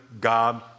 God